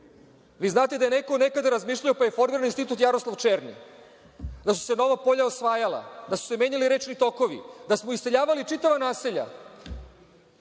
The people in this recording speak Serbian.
Vi znate da je neko nekada razmišljao, pa je formiran Institut „Jaroslav Černi“, da su se nova polja osvajala, da su se menjali rečni tokovi, da smo iseljavali čitava naselja